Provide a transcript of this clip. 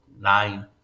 nine